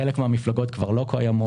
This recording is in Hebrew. חלק מן המפלגות כבר לא קיימות,